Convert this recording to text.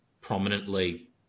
prominently